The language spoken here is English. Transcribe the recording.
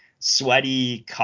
sweaty